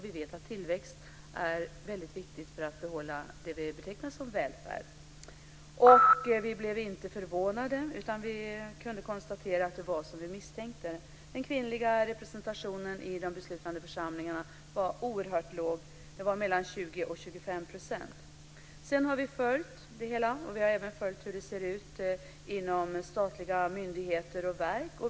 Vi vet att tillväxt är väldigt viktigt för att behålla det vi betecknar som välfärd. Vi blev inte förvånade, utan vi kunde konstatera att det var som vi misstänkte. Den kvinnliga representationen i de beslutande församlingarna var oerhört låg. Den var mellan 20 % och 25 %. Sedan har vi följt det hela, och vi har även följt hur det ser ut inom statliga myndigheter och verk.